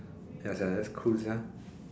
ya sia that's cool sia